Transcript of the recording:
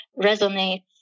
resonates